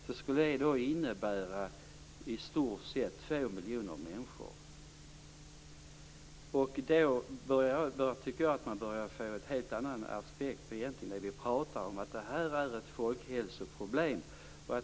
Det skulle innebära i stort sett Då tycker jag att man börjar få en helt annan aspekt på det vi pratar om. Det här är ett folkhälsoproblem.